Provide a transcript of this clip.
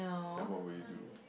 then what will you do